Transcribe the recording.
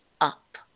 up